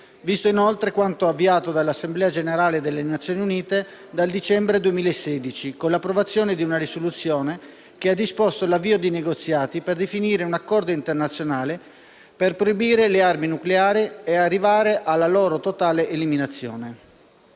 visto inoltre quanto avviato dall'Assemblea generale delle Nazioni Unite dal dicembre 2016, con l'approvazione di una risoluzione che ha disposto l'avvio di negoziati per definire un accordo internazionale «per proibire le armi nucleari e arrivare alla loro totale eliminazione».